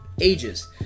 ages